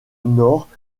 north